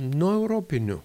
nuo europinių